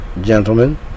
gentlemen